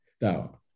Now